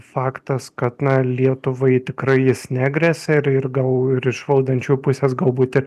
faktas kad na lietuvai tikrai jis negresia ir ir gal ir iš valdančių pusės galbūt ir